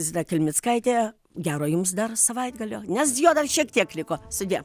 zita kelmickaitė gero jums dar savaitgalio nes jo dar šiek tiek liko sudie